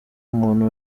muntu